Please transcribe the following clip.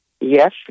Yes